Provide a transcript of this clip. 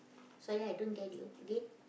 sorry ah I don't get you again